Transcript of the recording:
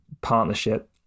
partnership